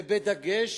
ובדגש